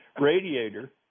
radiator